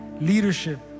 Leadership